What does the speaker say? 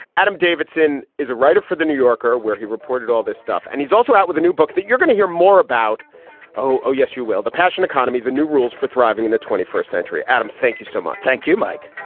adam davidson is a writer for the new yorker where he reported all this stuff and he's also out with a new book that you're going to hear more about oh, yes, you will. the passion economy, the new rules for thriving in the twenty first century. adam, thank you so much. thank you, mike